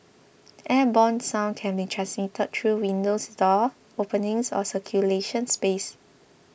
airborne sound can be transmitted through windows doors openings or circulation space